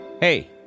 Hey